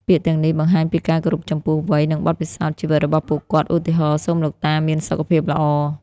ពាក្យទាំងនេះបង្ហាញពីការគោរពចំពោះវ័យ និងបទពិសោធន៍ជីវិតរបស់ពួកគាត់ ឧទាហរណ៍ សូមលោកតាមានសុខភាពល្អ។